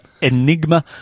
Enigma